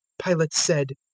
pilate said,